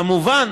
כמובן,